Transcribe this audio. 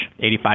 85%